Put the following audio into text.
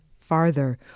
farther